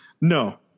No